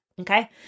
okay